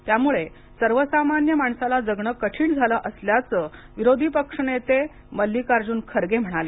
त्यामुळे सर्वसामान्य माणसाला जगणे कठीण झाले असल्याचे विरोधी पक्ष नेते मल्लिकार्जुन खर्गे म्हणाले